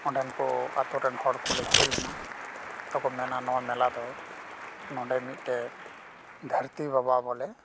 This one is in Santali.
ᱚᱸᱰᱮᱱ ᱠᱚ ᱟᱛᱳ ᱨᱮᱱ ᱦᱚᱲ ᱠᱚ ᱠᱩᱞᱤ ᱦᱩᱭ ᱞᱮᱱᱟ ᱟᱫᱚ ᱠᱚ ᱢᱮᱱᱟ ᱱᱚᱣᱟ ᱢᱮᱞᱟ ᱫᱚ ᱱᱚᱰᱮ ᱢᱤᱫᱴᱮᱱ ᱫᱷᱟᱹᱨᱛᱤ ᱵᱟᱵᱟ ᱵᱚᱞᱮ